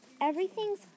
Everything's